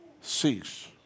cease